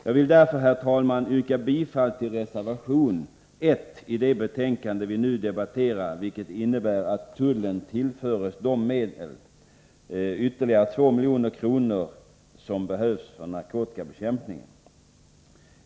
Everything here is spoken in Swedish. Jag vill därför, herr talman, yrka bifall till reservation 1 i det betänkande vi nu debatterar, vilket innebär att tullen tillförs de medel på ytterligare 2 milj.kr. som behövs för narkotikabekämpningen.